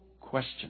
question